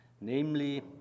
namely